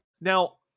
Now